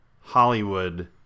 hollywood